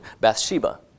Bathsheba